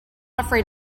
afraid